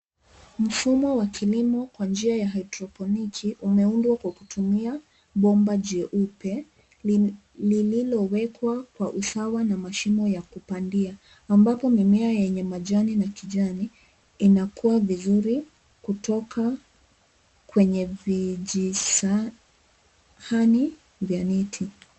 Mfumo wa kilimo wa njia ya hydroponic umeundwa kwa kutumia bomba jeupe lililowekwa kwa usawa na mashimo ya kupandia ambapo mimea yenye majani na kijani inakua vizuri kutoka kwenye vijisahani vya neti.